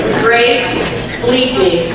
great leave me